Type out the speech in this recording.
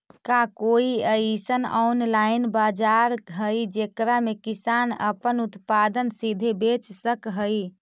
का कोई अइसन ऑनलाइन बाजार हई जेकरा में किसान अपन उत्पादन सीधे बेच सक हई?